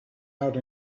out